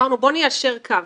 אמרנו בואו ניישר קו,